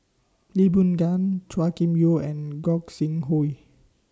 Lee Boon Ngan Chua Kim Yeow and Gog Sing Hooi